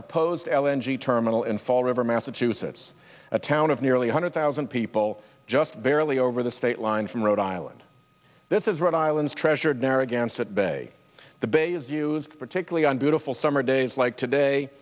proposed l n g terminal in fall river massachusetts a town of nearly two hundred thousand people just barely over the state line from rhode island this is rhode island's treasured narragansett bay the bay is used particularly on beautiful summer days like today